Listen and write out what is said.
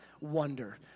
wonder